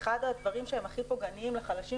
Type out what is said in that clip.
ואחד הדברים שהם הכי פוגעניים לחלשים